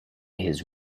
his